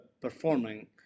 performing